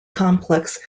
complex